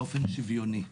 באופן שוויוני.